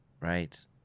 right